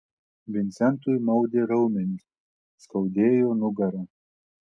vincentui maudė raumenis skaudėjo nugarą